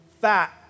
fat